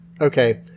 Okay